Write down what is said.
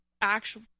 actual